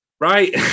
right